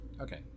Okay